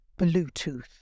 Bluetooth